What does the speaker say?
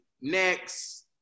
next